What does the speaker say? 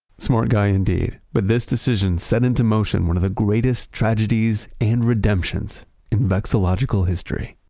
smart guy indeed. but this decision set into motion one of the greatest tragedies and redemptions in vexillological history.